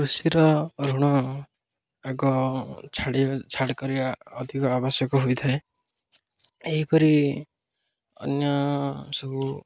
କୃଷିର ଋଣ ଆଗ ଛାଡ଼ ଛାଡ଼ କରିବା ଅଧିକ ଆବଶ୍ୟକ ହୋଇଥାଏ ଏହିପରି ଅନ୍ୟ ସବୁ